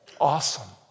Awesome